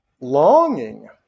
longing